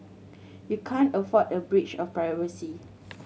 you can't afford a breach of privacy